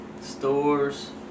stores